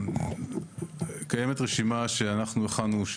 קיימת רשימה שאנחנו הכנו,